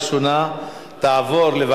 אבל אולי אתה תגיש את זה,